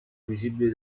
visibili